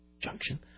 Junction